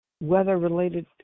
weather-related